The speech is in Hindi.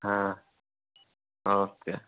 हाँ ओके